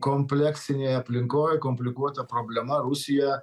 kompleksinėj aplinkoj komplikuota problema rusija